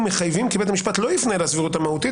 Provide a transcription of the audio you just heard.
מחייבים כי בית המשפט לא יפנה לסבירות המהותית,